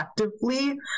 effectively